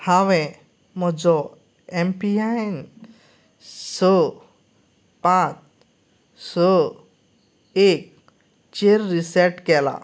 हांवें म्हजो M P I N स पांच स एक चेर रिसेट केला